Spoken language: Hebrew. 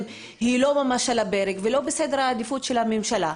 לא ממש על הפרק ולא בסדר העדיפות של הממשלה,